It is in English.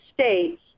states